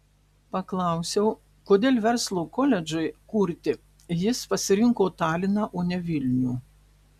paklausiau kodėl verslo koledžui kurti jis pasirinko taliną o ne vilnių